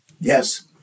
Yes